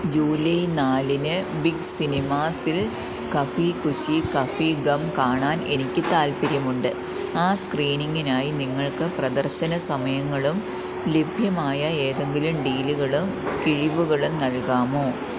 July നാലിന് big സിനിമാസിൽ കഭി ഖുശി കഫി ഗം കാണാൻ എനിക്ക് താൽപ്പര്യമുണ്ട് ആ സ്ക്രീനിങ്ങിനായി നിങ്ങൾക്ക് പ്രദർശന സമയങ്ങളും ലഭ്യമായ ഏതെങ്കിലും ഡീല്കളും കിഴിവുകളും നൽകാമോ